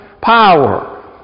power